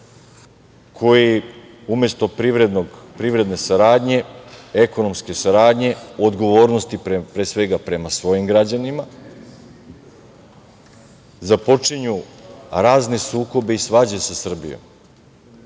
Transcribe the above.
koji umesto privredne saradnje, ekonomske saradnje, odgovornosti pre svega prema svojim građanima, započinju razne sukobe i svađe sa Srbijom,